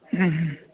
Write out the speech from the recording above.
ꯎꯝ